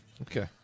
Okay